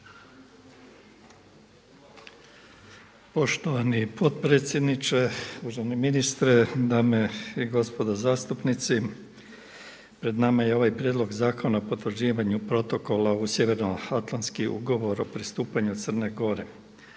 Poštovani potpredsjedniče, uvaženi ministre, dame i gospodo zastupnici. Pred nama je ovaj Prijedlog zakona o potvrđivanju protokola u Sjevernoatlanski ugovor o pristupanju Crne Gore.